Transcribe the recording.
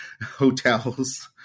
hotels